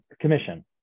commission